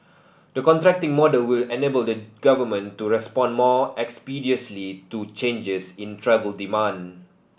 the contracting model will enable the Government to respond more expeditiously to changes in travel demand